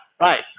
right